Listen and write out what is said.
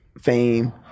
fame